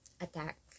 Attack